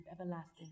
everlasting